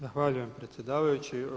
Zahvaljujem predsjedavajući.